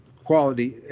quality